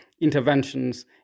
interventions